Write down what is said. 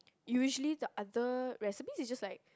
usually the other recipe is just like